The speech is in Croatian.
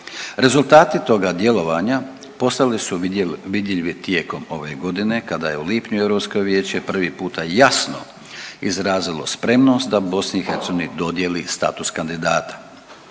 Rezultati toga djelovanja postali su vidljivi ove godine kada je u lipnju Europsko vijeće prvi puta jasno izrazilo spremnost da BiH dodijeli status kandidata.